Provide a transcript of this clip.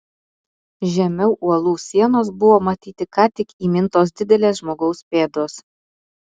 žemiau uolų sienos buvo matyti ką tik įmintos didelės žmogaus pėdos